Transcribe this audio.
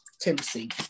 Tennessee